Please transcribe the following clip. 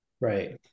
Right